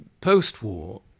post-war